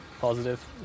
positive